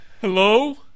Hello